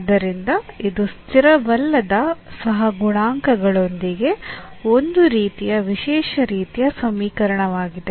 ಆದ್ದರಿಂದ ಇದು ಸ್ಥಿರವಲ್ಲದ ಸಹಗುಣಾಂಕಗಳೊಂದಿಗೆ ಒಂದು ರೀತಿಯ ವಿಶೇಷ ರೀತಿಯ ಸಮೀಕರಣವಾಗಿದೆ